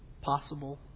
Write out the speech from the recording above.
possible